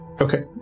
Okay